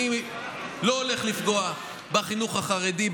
אני לא הולך לפגוע בחינוך החרדי,